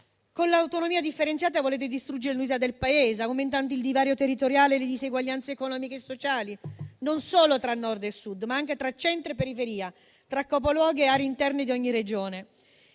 Con l'autonomia differenziata volete distruggere l'unità del Paese, aumentando il divario territoriale e le diseguaglianze economiche e sociali non solo tra Nord e Sud, ma anche tra centro e periferia e tra Capoluoghi all'interno di ogni Regione.